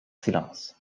silence